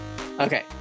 Okay